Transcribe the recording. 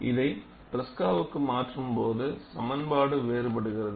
இதை ட்ரெஸ்காவுக்குச் மாற்றும்போது சமன்பாடு வேறு படுகிறது